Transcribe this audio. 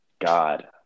God